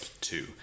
two